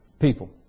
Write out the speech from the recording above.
people